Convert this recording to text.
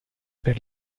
per